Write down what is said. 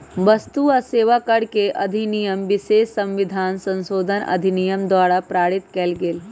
वस्तु आ सेवा कर अधिनियम विशेष संविधान संशोधन अधिनियम द्वारा पारित कएल गेल